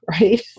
right